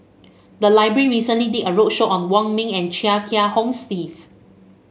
the library recently did a roadshow on Wong Ming and Chia Kiah Hong Steve